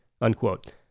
unquote